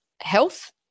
health